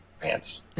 pants